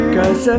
Cause